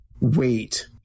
wait